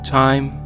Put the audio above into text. time